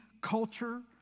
culture